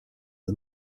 are